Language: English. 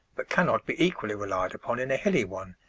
but cannot be equally relied upon in a hilly one,